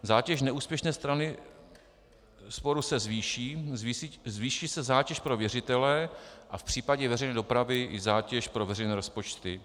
Zátěž neúspěšné strany sporu se zvýší, zvýší se zátěž pro věřitele a v případě veřejné dopravy i zátěž pro veřejné rozpočty.